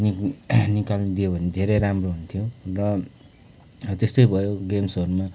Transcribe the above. निक् निकालिदियो भने धेरै राम्रो हुन्थ्यो र त्यस्तै भयो गेम्सहरूमा